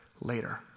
later